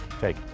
take